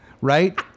right